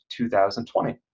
2020